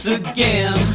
again